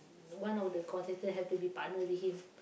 one of the contestant had to be partner with him